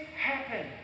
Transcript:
happen